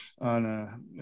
on